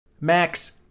Max